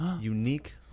unique